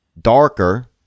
darker